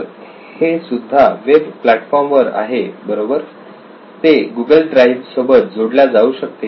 तर हे सुद्धा वेब प्लॅटफॉर्म वर आहे बरोबर ते गुगल ड्राईव्ह सोबत जोडल्या जाऊ शकते